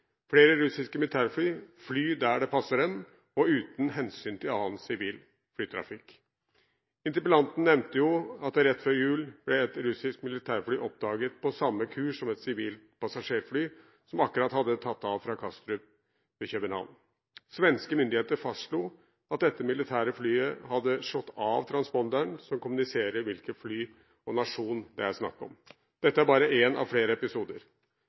Flere russiske militærfly flyr der det passer dem, uten hensyn til annen, sivil flytrafikk. Interpellanten nevnte at rett før jul ble et russisk militærfly oppdaget på samme kurs som et sivilt passasjerfly som akkurat hadde tatt av fra Kastrup ved København. Svenske myndigheter fastslo at dette militære flyet hadde slått av transponderen, som kommuniserer hvilket fly og hvilken nasjon det er snakk om. Dette er bare én av flere episoder.